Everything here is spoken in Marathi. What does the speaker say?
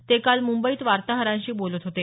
ते काल मुंबईत वार्ताहरांशी बोलत होते